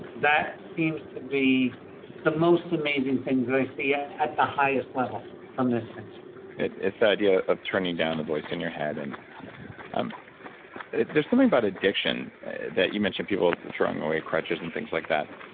that seems to be the most amazing things that i see yeah at the highest level from this thing it's the idea of turning down the voice in your head. and um there's something about addiction that you mentioned, people throwing away crutches, and things like that.